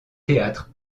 théâtres